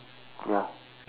ya